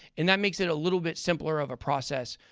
and that makes it a little bit simpler of a process.